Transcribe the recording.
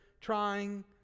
trying